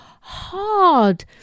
hard